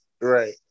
Right